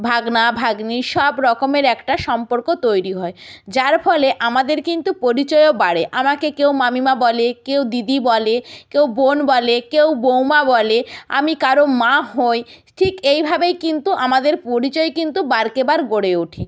ভাগ্না ভাগ্নি সব রকমের একটা সম্পর্ক তৈরি হয় যার ফলে আমাদের কিন্তু পরিচয়ও বাড়ে আমাকে কেউ মামিমা বলে কেউ দিদি বলে কেউ বোন বলে কেউ বউমা বলে আমি কারো মা হই ঠিক এইভাবেই কিন্তু আমাদের পরিচয় কিন্তু বাড়কে বাড় গড়ে ওঠে